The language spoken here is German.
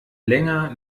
länger